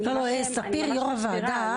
יושב ראש הוועדה,